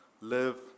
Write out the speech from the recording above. live